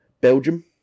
Belgium